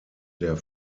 der